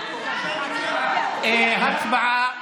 הצבעה.